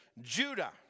Judah